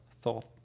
thought